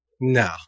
no